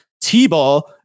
t-ball